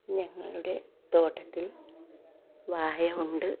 ഞങ്ങളുടെ തോട്ടത്തിൽ വാഴ ഉണ്ട്